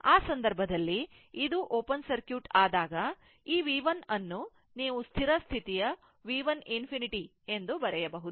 ಆ ಸಂದರ್ಭದಲ್ಲಿ ಇದು ಓಪನ್ ಸರ್ಕ್ಯೂಟ್ ಆದಾಗ ಈ V 1 ಅನ್ನು ನೀವು ಸ್ಥಿರ ಸ್ಥಿತಿಯ V 1 ∞ ಎಂದು ಬರೆಯಬಹುದು